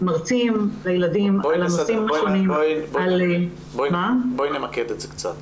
ומרצים בואי נמקד את זה קצת.